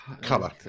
color